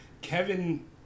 Kevin